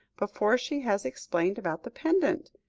before she has explained about the pendant.